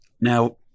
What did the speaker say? Now